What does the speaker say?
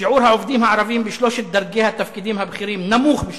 שיעור העובדים הערבים בשלושת דרגי התפקידים הבכירים נמוך מ-2%.